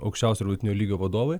aukščiausio ir vidutinio lygio vadovai